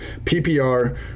PPR